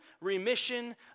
remission